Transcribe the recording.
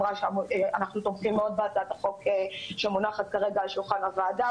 אנחנו תומכים מאוד בהצעת החוק שמונחת כרגע על שולחן הוועדה,